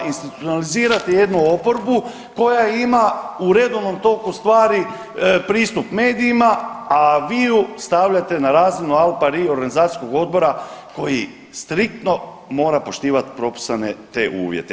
Institucionalizirati jednu oporbu koja ima u redovnom toku stvari pristup medijima, a vi ju stavljate na razinu al pari organizacijskog odbora koji striktno mora poštivati propisane te uvjete.